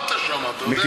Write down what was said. עבדת שם, אתה יודע.